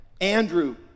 Andrew